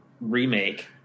remake